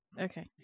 okay